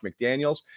McDaniels